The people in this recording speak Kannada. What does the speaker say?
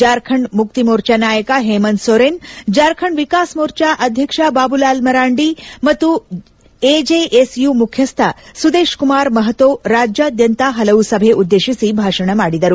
ಜಾರ್ಖಂಡ್ ಮುಕ್ತಿ ಮೋರ್ಚಾ ನಾಯಕ ಹೇಮಂತ್ ಸೊರೇನ್ ಜಾರ್ಖಂಡ್ ವಿಕಾಸ್ ಮೋರ್ಚಾ ಅಧ್ಯಕ್ಷ ಬಾಬುಲಾಲ್ ಮರಾಂಡಿ ಮತ್ತು ಎಜೆಎಸ್ಯು ಮುಖ್ಯಸ್ಟ ಸುದೇಶ್ ಕುಮಾರ್ ಮಹ್ತೊ ರಾಜ್ಙಾದ್ಯಂತ ಹಲವು ಸಭೆ ಉದ್ದೇಶಿಸಿ ಭಾಷಣ ಮಾಡಿದರು